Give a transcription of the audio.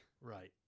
Right